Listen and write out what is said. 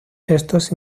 estos